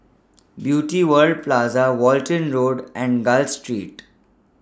Beauty World Plaza Walton Road and Gul Street